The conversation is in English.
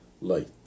light